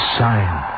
sign